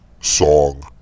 song